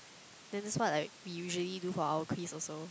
then just what like we usually do for our quiz also